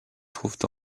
trouvent